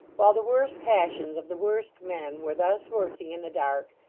while the worst passions of the worst men were thus working in the dark,